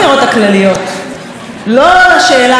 לא לשאלה מה יעשו לטובת עם ישראל,